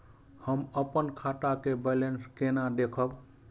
हम अपन खाता के बैलेंस केना देखब?